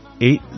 Eight